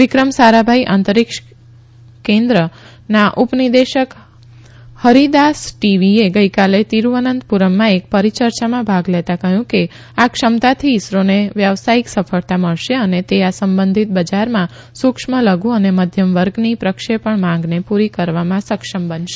વિક્રમ સારાભાઇ અંતરીક્ષ કેન્દ્રના ઉપ નિર્દેશક ફરીદાસટી વી એ ગઇકાલે તિરુવનંતપુરમમાં એક પરીચર્ચામાં ભાગ લેતા કહયું કે આ ક્ષમતાથી ઇસરોને વ્યવસાયિક સફળતા મળશે અને તે આ સંબંધિત બજારમાં સુક્ષ્મ લધુ અને મધ્યમ વર્ગની પ્રક્ષેપણ માંગને પુરી કરવામાં સક્ષમ બનશે